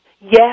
Yes